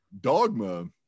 Dogma